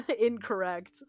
Incorrect